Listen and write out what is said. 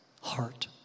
heart